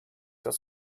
das